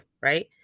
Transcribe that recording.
Right